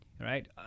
Right